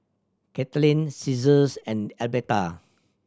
Katlynn Caesar's and Elberta